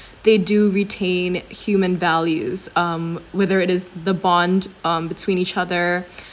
they do retain human values um whether it is the bond um between each other